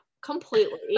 completely